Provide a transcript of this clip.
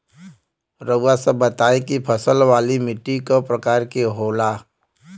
रउआ सब बताई कि फसल वाली माटी क प्रकार के होला?